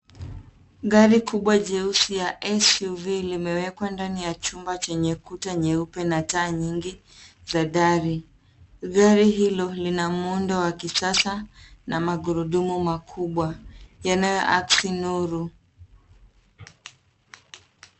Gari kubwa jeusi ya SUV limewekwa ndani ya chumba chenye kuta nyeupe na taa nyingi za dari. Gari hilo lina muundo wa kisasa na magurudumu makubwa yanayoakisi nuru.